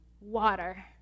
water